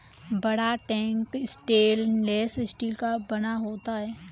बड़ा tank stainless steel का बना होता है